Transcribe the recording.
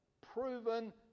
proven